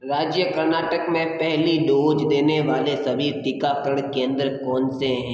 राज्य कर्नाटक में पहली डोज़ देने वाले सभी टीकाकरण केंद्र कौन से हैं